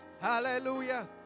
hallelujah